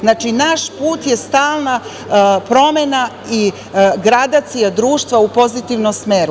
Znači, naš put je stalna promena i gradacija društva u pozitivnom smeru.